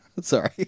Sorry